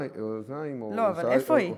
4043, 4045, 4052,